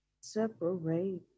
Separate